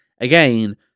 again